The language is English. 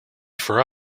for